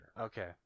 Okay